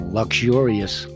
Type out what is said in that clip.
luxurious